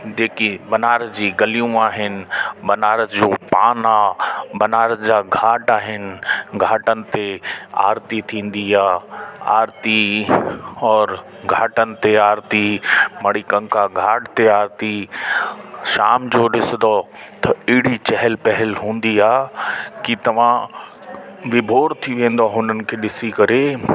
जेकी बनारस जी गलियूं आहिनि बनारस जो पान आहे बनारस जा घाट आहिनि घाटनि ते आरती थींदी आहे आरती और घाटनि ते आरती मणिकंका घाट ते आरती शाम जो ॾिसंदो त अहिड़ी चहल पहल हूंदी आहे की तव्हां विभोर थी वेंदो हुननि खे ॾिसी करे